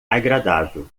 agradável